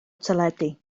teledu